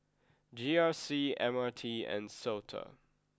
G R C M R T and Sota